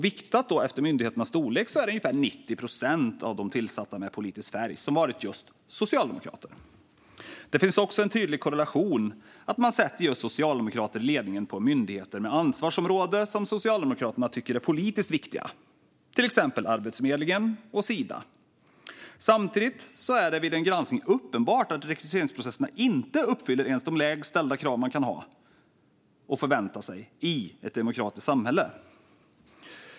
Viktat efter myndigheternas storlek är det ungefär 90 procent av de tillsatta med politisk färg som har varit just socialdemokrater. Det finns också en tydlig korrelation: Man sätter just socialdemokrater i ledningen på myndigheter med ansvarsområden som Socialdemokraterna tycker är politiskt viktiga, till exempel Arbetsförmedlingen och Sida. Samtidigt är det vid en granskning uppenbart att rekryteringsprocesserna inte uppfyller ens de lägst ställda krav man kan ställa och förvänta sig i ett demokratiskt samhälle.